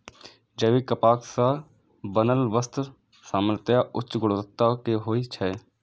जैविक कपास सं बनल वस्त्र सामान्यतः उच्च गुणवत्ता के होइ छै